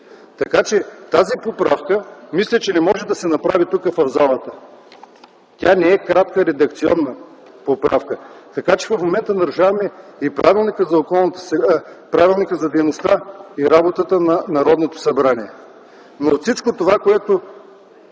Така че тази поправка мисля, че не може да се направи тук, в залата. Тя не е кратка редакционна поправка. В момента нарушаваме Правилника за организацията и дейността на Народното събрание. От всичко това, което